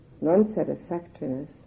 non-satisfactoriness